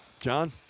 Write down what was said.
John